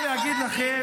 הרגנו 17,000 אנשים בעזה.